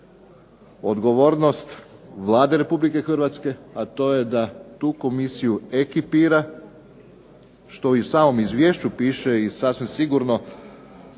odgovornost Vlade Republike Hrvatske, a to je da tu komisiju ekipira što i u samom izvješću piše i sasvim sigurno